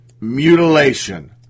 mutilation